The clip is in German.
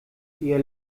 ihr